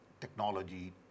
technology